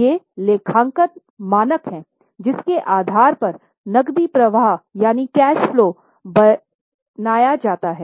ये लेखांकन मानक हैं जिसके आधार पर नक़दी प्रवाह बनाया जाता है